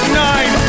nine